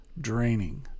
draining